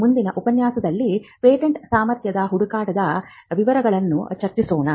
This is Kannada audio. ಮುಂದಿನ ಉಪನ್ಯಾಸಗಳಲ್ಲಿ ಪೇಟೆಂಟ್ ಸಾಮರ್ಥ್ಯದ ಹುಡುಕಾಟದ ವಿವರಗಳನ್ನು ಚರ್ಚಿಸೋಣ